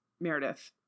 Meredith